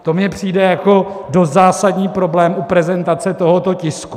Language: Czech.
To mi přijde jako dost zásadní problém u prezentace tohoto tisku.